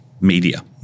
media